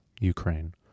Ukraine